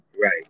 Right